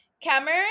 Cameron